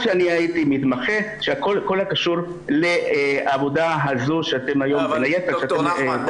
שהייתי מתמחה בכל הקשור לעבודה הזו שאתם היום דנים בה כרגע.